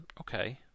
okay